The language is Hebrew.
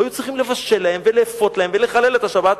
והיו צריכים לבשל להם ולאפות להם ולחלל את השבת,